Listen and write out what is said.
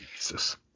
Jesus